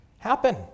happen